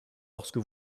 lorsque